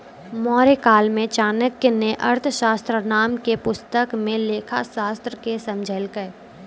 मौर्यकाल मे चाणक्य ने अर्थशास्त्र नाम के पुस्तक मे लेखाशास्त्र के समझैलकै